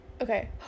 Okay